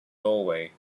norway